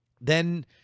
then-